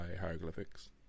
hieroglyphics